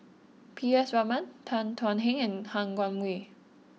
P S Raman Tan Thuan Heng and Han Guangwei